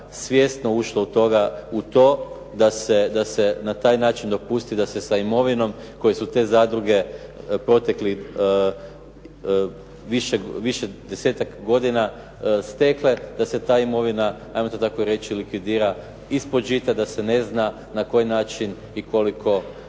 svjesno ušlo u to da se na taj način dopusti da se sa imovinom koje su te zadruge proteklih više desetak godina stekle, da se ta imovina hajmo to tako reći likvidira ispod žita, da se ne zna na koji način i koliko novaca